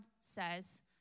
says